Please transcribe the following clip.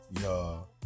y'all